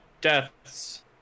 deaths